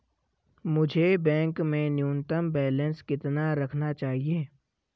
मुझे बैंक में न्यूनतम बैलेंस कितना रखना चाहिए?